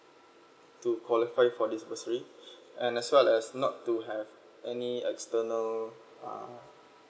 to qualify for this bursary and as well as not to have any external err